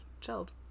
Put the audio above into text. chilled